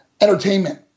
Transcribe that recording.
entertainment